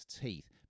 teeth